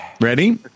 Ready